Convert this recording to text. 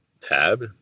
tab